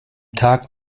tag